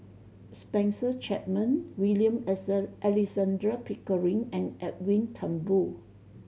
Spencer Chapman William Alexander Pickering and Edwin Thumboo